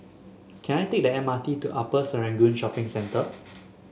can I take the M R T to Upper Serangoon Shopping Centre